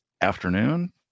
afternoon